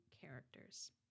characters